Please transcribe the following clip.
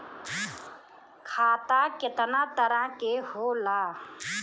खाता केतना तरह के होला?